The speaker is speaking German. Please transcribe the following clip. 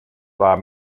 war